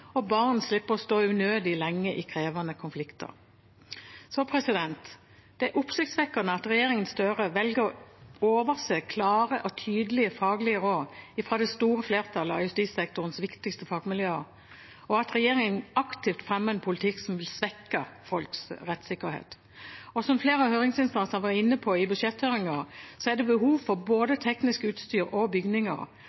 og raskere, og barn slipper å stå unødig lenge i krevende konflikter. Det er oppsiktsvekkende at regjeringen Støre velger å overse klare og tydelige faglige råd fra det store flertallet av justissektorens viktigste fagmiljøer, og at regjeringen aktivt fremmer en politikk som vil svekke folks rettsikkerhet. Som flere av instansene var inne på i budsjetthøringen, er det behov for både